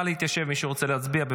1 6